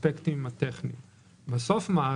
האספקטים הטכניים בסוף גם אם